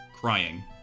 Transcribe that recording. crying